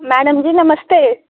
madam ji नमस्ते